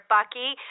Bucky